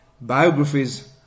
biographies